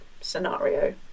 scenario